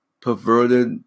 Perverted